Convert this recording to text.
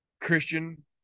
christian